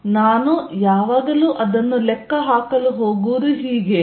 Er14π0dVrr r3r r ನಾನು ಯಾವಾಗಲೂ ಅದನ್ನು ಲೆಕ್ಕ ಹಾಕಲು ಹೋಗುವುದು ಹೀಗೆಯೇ